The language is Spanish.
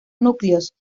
núcleos